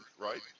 right